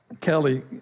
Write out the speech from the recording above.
Kelly